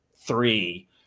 three